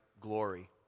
glory